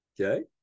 okay